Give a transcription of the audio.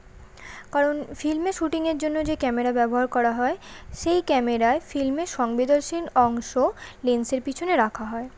কারণ ফিল্মে শ্যুটিংয়ের জন্য যে ক্যামেরা ব্যবহার করা হয় সেই ক্যামেরায় ফিল্মের সংবেদনশীল অংশ লেন্সের পিছনে রাখা হয়